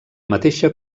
mateixa